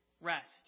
rest